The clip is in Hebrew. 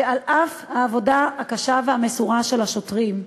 שעל אף העבודה הקשה והמסורה של השוטרים,